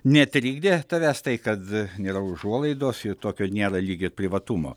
netrikdė tavęs tai kad nėra užuolaidos ir tokio nėra lyg ir privatumo